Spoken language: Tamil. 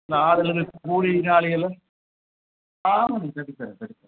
யாரும் இல்லைங்க கூலி ஆ சரி சார் சரி சார்